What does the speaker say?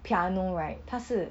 piano right 他是